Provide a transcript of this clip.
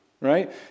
right